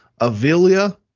Avilia